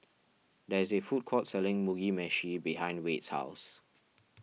there is a food court selling Mugi Meshi behind Wade's house